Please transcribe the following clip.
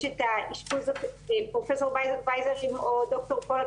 יש את האשפוז פרופ' וייזר או ד"ר בלז,